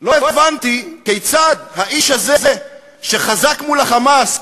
לא הבנתי כיצד האיש הזה שחזק מול ה"חמאס"